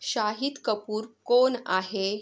शाहीद कपूर कोण आहे